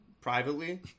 privately